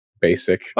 basic